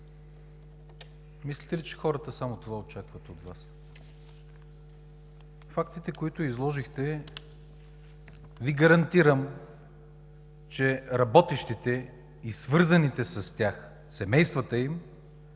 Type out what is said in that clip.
мислите ли, че хората само това очакват от Вас?!